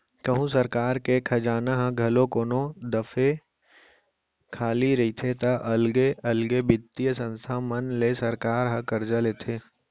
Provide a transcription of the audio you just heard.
कहूँ सरकार के खजाना ह घलौ कोनो दफे खाली रहिथे ता अलगे अलगे बित्तीय संस्था मन ले सरकार ह करजा लेथे